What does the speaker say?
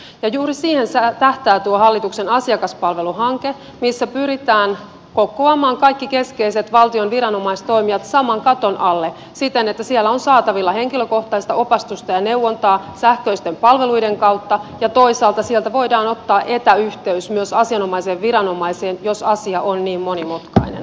juuri siihen tähtää tuo hallituksen asiakaspalveluhanke missä pyritään kokoamaan kaikki keskeiset valtion viranomaistoimijat saman katon alle siten että siellä on saatavilla henkilökohtaista opastusta ja neuvontaa sähköisten palveluiden kautta ja toisaalta sieltä voidaan ottaa etäyhteys myös asianomaiseen viranomaiseen jos asia on niin monimutkainen